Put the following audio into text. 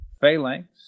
phalanx